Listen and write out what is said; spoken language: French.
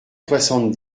soixante